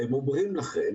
והם אומרים לכם